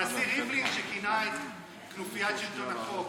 הנשיא ריבלין, שכינה אותם "כנופיית שלטון החוק"?